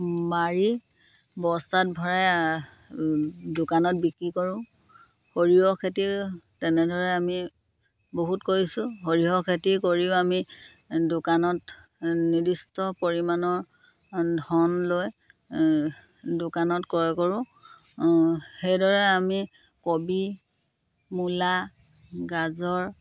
মাৰি বস্তাত ভৰাই দোকানত বিক্ৰী কৰোঁ সৰিয়হ খেতি তেনেদৰে আমি বহুত কৰিছোঁ সৰিয়হ খেতি কৰিও আমি দোকানত নিৰ্দিষ্ট পৰিমাণৰ ধন লৈ দোকানত ক্ৰয় কৰোঁ সেইদৰে আমি কবি মূলা গাজৰ